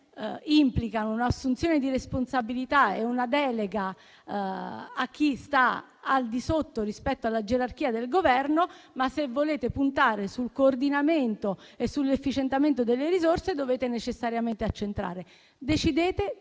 implicano un'assunzione di responsabilità e una delega a chi gerarchicamente si trova al di sotto del Governo. Se però volete puntare sul coordinamento e sull'efficientamento delle risorse, dovete necessariamente accentrare. Decidete